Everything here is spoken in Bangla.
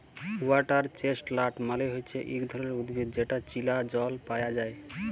ওয়াটার চেস্টলাট মালে হচ্যে ইক ধরণের উদ্ভিদ যেটা চীলা জল পায়া যায়